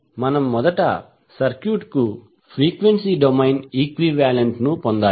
మనము మొదట సర్క్యూట్కు ఫ్రీక్వెన్సీ డొమైన్ ఈక్వి వాలెంట్ ను పొందాలి